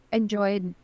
enjoyed